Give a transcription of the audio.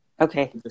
Okay